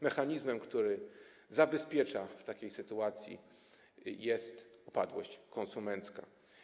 Mechanizmem, który stanowi zabezpieczenie w takiej sytuacji, jest upadłość konsumencka.